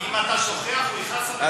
כי אם אתה שוכח הוא יכעס עליך.